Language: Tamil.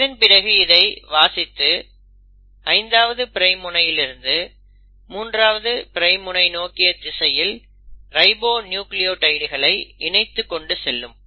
இதன் பிறகு இதை வாசித்து 5ஆவது பிரைம் முனையிலிருந்து 3ஆவது பிரைம் முனை நோக்கிய திசையில் ரைபோநியூக்ளியோடைடுகளை இணைத்துக் கொண்டு செல்லும்